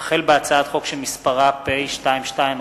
החל בהצעת חוק שמספרה פ/2212/18